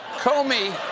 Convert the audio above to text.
comey